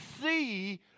see